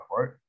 right